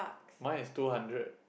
mine is two hundred